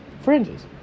fringes